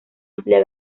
amplia